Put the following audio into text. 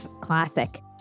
Classic